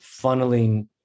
funneling